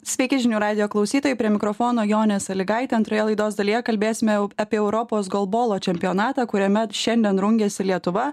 sveiki žinių radijo klausytojai prie mikrofono jonė salygaitė antroje laidos dalyje kalbėsime jau apie europos golbolo čempionatą kuriame šiandien rungiasi lietuva